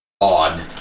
odd